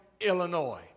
Illinois